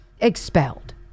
expelled